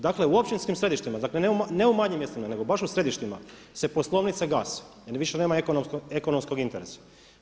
Dakle u općinskim središtima, dakle ne u manjim mjestima nego baš u središtima se poslovnice gase jer više nema ekonomskog interesa.